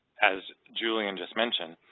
as julian just mentioned,